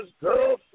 girlfriend